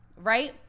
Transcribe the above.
right